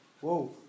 whoa